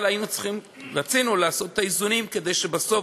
אבל היינו צריכים ורצינו לעשות את האיזונים כדי שבסוף,